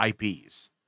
IPs